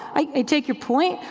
i take your point,